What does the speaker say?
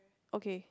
okay